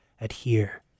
adhere